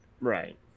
Right